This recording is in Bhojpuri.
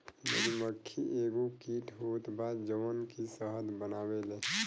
मधुमक्खी एगो कीट होत बा जवन की शहद बनावेले